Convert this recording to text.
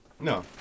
no